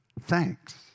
thanks